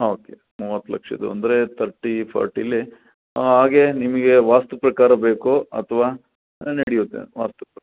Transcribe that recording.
okay ಮೂವತ್ತು ಲಕ್ಷದು ಅಂದರೆ ತರ್ಟಿ ಫೋರ್ಟಿಲಿ ಹಾಗೇ ನಿಮಗೆ ವಾಸ್ತು ಪ್ರಕಾರ ಬೇಕೋ ಅಥ್ವಾ ಹಾಂ ನಡೆಯುತ್ತೆ ವಾಸ್ತು ಪ